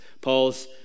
Paul's